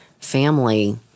family